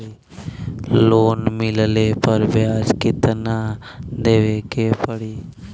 Loan मिलले पर ब्याज कितनादेवे के पड़ी?